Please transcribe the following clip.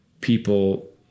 people